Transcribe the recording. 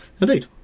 Indeed